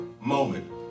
moment